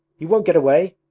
you won't get away!